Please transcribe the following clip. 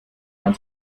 man